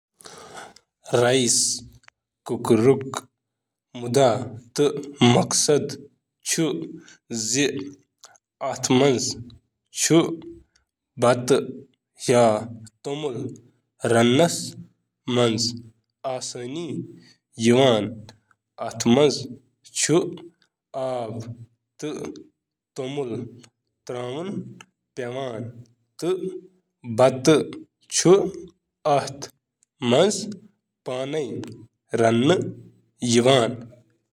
Rice cooker کَمہِ مقصدٕچ کٲم چھِ کران؟ توٚمُل کُکر چھِ کچنٕک سامان یِم توٚمُل تہٕ باقی اناج بناوان چھِ، تہٕ سبزی تہٕ سوپ تہِ ہٮ۪کَن سٹیم کٔرِتھ۔